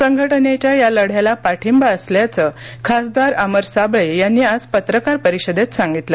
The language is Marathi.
संघटनेच्या या लढ्याला पाठिंबा असल्याचं खासदार अमर साबळे यांनी आज पत्रकार परिषदेत सांगितलं